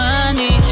Money